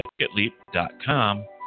ticketleap.com